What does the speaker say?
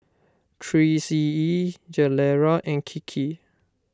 three C E Gilera and Kiki